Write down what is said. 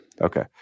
okay